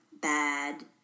bad